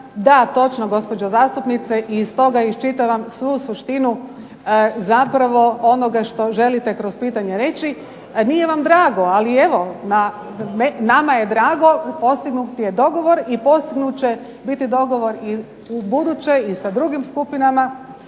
Da, točno gospođo zastupnice, i iz toga iščitavam svu suštinu zapravo onoga što želite kroz pitanje reći. Nije vam drago, ali evo nama je drago. Postignut je dogovor i postignut će biti dogovor i ubuduće i sa drugim skupinama